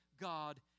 God